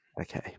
Okay